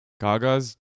Gaga's